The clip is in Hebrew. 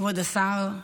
כבוד השר,